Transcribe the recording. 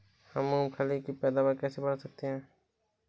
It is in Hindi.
हम मूंगफली की पैदावार कैसे बढ़ा सकते हैं?